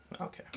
Okay